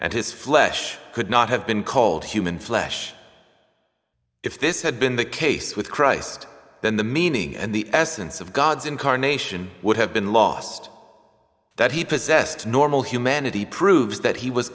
and his flesh could not have been called human flesh if this had been the case with christ then the meaning and the essence of god's incarnation would have been lost that he possessed normal humanity proves that he was